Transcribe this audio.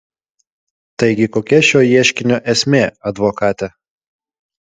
taigi kokia šio ieškinio esmė advokate